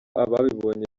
ababonye